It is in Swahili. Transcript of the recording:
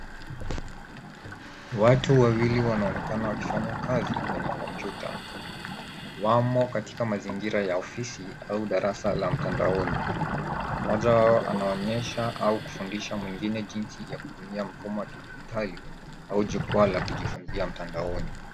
Watu wawili wanaonekana wakifanya kazi kwenye kompyuta. Wamo katika mazingira ya ofisi au darasa la mtandaoni. Moja wao anaonyesha au kufundisha mwingine jinsi ya kutumia mfumo wa kidijitali au jukwaa la kujifungia mtandaoni.